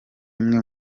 imwe